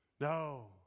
No